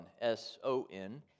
S-O-N